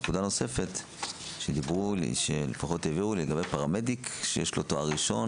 נקודה נוספת שהעבירו לגבי פרמדיק שיש לו תואר ראשון